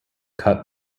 cut